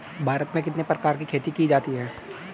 भारत में कितने प्रकार की खेती की जाती हैं?